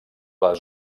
les